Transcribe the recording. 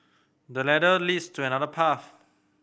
the ladder leads to another path